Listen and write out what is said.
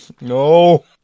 no